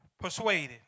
persuaded